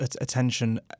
attention